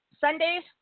Sundays